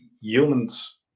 humans